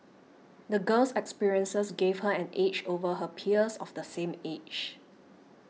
the girl's experiences gave her an edge over her peers of the same age